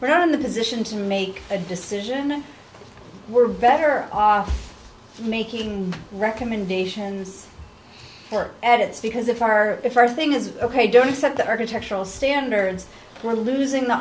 we're not in the position to make a decision we're better off making recommendations or edits because if our first thing is ok don't accept the architectural standards we're losing the